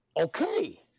Okay